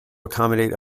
accommodate